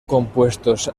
compuestos